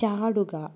ചാടുക